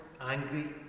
angry